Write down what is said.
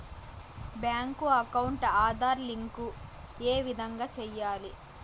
Bank account Aadhaar link ఏ విధంగా సెయ్యాలి?